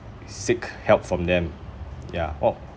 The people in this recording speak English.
seek help from them ya oh wha~ what do you think